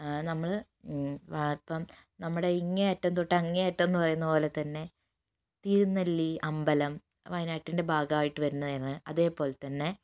നമ്മള് ആ ഇപ്പം നമ്മുടെ ഇങ്ങേയറ്റം തൊട്ട് അങ്ങേയറ്റം എന്ന് പറയുന്നത് പോലെ തന്നെ തിരുനെല്ലി അമ്പലം വയനാട്ടിൻ്റെ ഭാഗായിട്ടു വരുന്നതാണ് അതേപോലെതന്നെ